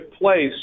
place